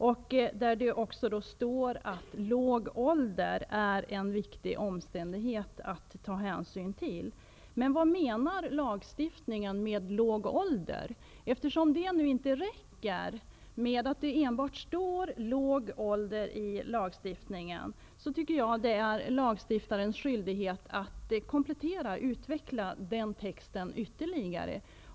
Det stadgas också att låg ålder är en viktig omständighet att ta hänsyn till. Men vad menas i lagstiftningen med låg ålder? Eftersom det nu inte räcker att det står ''låg ålder'' i lagen, tycker jag att det är lagstiftarens skyldighet att komplettera och utveckla den texten ytterligare.